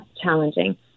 challenging